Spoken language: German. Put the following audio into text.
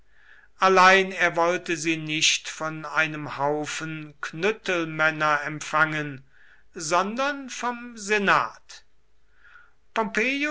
allein er wollte sie nicht von einem haufen knüttelmänner empfangen sondern vom senat